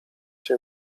się